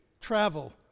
travel